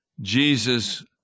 Jesus